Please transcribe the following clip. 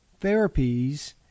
therapies